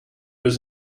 was